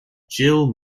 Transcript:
jill